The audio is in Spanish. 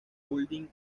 building